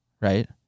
right